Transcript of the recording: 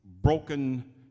broken